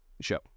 Show